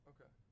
Okay